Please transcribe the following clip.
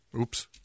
Oops